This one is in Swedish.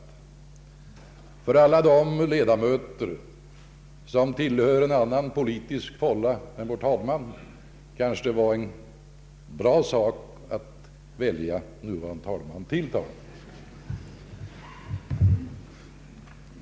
För alla de ledamöter som tillhört annan politisk fålla än talmannen kanske det var en bra sak att välja nuvarande talmannen till talman.